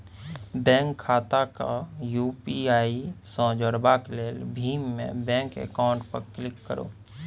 bank खाता केँ UPI सँ जोरबाक लेल भीम मे बैंक अकाउंट पर क्लिक करु